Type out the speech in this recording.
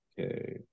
Okay